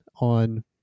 on